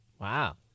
Wow